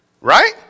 Right